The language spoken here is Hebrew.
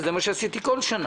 זה מה שעשיתי כל שנה.